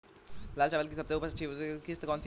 लाल चावल की सबसे अच्छी किश्त की उपज कौन सी है?